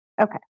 Okay